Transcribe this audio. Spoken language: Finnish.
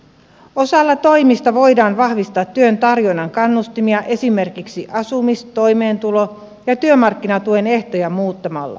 osalla toimista voidaan vahvistaa työn tarjonnan kannustimia esimerkiksi asumis toimeentulo ja työmarkkinatuen ehtoja muuttamalla